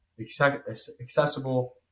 accessible